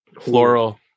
Floral